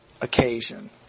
occasion